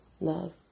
love